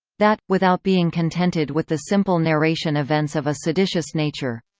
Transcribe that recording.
that, without being contented with the simple narration events of a seditious nature.